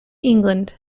england